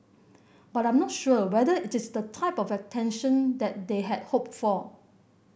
but I'm not sure whether it is the type of attention that they had hoped for